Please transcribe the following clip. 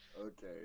Okay